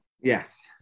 Yes